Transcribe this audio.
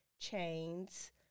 chains